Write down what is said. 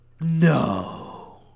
no